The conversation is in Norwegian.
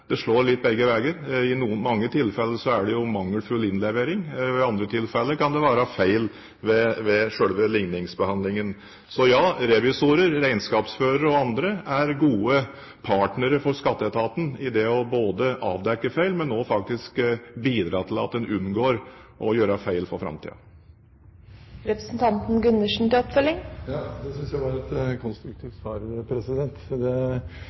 det slår litt begge veier. I mange tilfeller er det mangelfull innlevering, i andre tilfeller kan det være feil ved selve ligningsbehandlingen. Så ja: Revisorer, regnskapsførere og andre er gode partnere for Skatteetaten i det å avdekke feil, men også bidra til at en unngår å gjøre feil i framtiden. Det synes jeg var et konstruktivt svar. Jeg tror man skal samarbeide her, for vi har jo også rapporter fra Riksrevisjonen som bekrefter at det